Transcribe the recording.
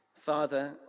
Father